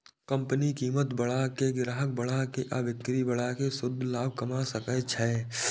company कीमत बढ़ा के, ग्राहक बढ़ा के आ बिक्री बढ़ा कें शुद्ध लाभ कमा सकै छै